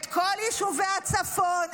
את כל יישובי הצפון.